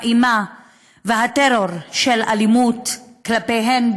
האימה והטרור של אלימות כלפיהן,